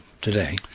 today